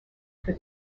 for